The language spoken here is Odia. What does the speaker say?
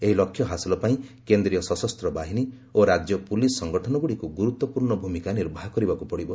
ଏହି ଲକ୍ଷ୍ୟ ହାସଲ ପାଇଁ କେନ୍ଦ୍ରୀୟ ସଶସ୍ତ୍ର ବାହିନୀ ଓ ରାଜ୍ୟ ପୁଲିସ୍ ସଂଗଠନଗୁଡ଼ିକୁ ଗୁରୁତ୍ୱପୂର୍ଣ୍ଣ ଭୂମିକା ନିର୍ବାହ କରିବାକୁ ପଡ଼ିବ